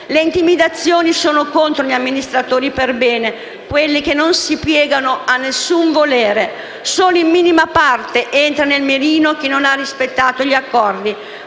Le intimidazioni sono contro gli amministratori per bene, quelli che non si piegano a nessun volere, e solo in minima parte entra nel mirino chi non ha rispettato gli accordi.